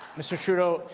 mr. trudeau,